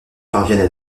parviennent